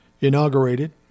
inaugurated